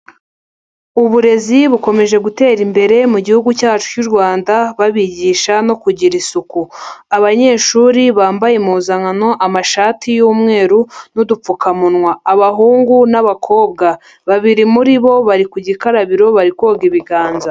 Uburezi bukomeje gutera imbere mu gihugu cyacu cy'u Rwanda babigisha no kugira isuku. Abanyeshuri bambaye impuzankano amashati y'umweru n'udupfukamunwa abahungu, n'abakobwa. Babiri muri bo bari ku gikarabiro bari koga ibiganza.